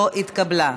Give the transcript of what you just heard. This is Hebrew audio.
לא התקבלה.